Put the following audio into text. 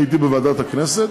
הייתי בוועדת הכנסת,